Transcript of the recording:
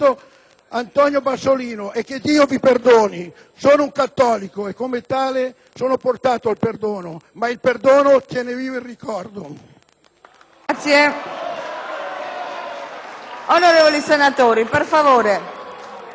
Antonio Bassolino e che Dio vi perdoni. Sono un cattolico e come tale sono portato al perdono, ma il perdono tiene vivo il ricordo.